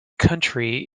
country